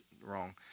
wrong